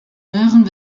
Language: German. neueren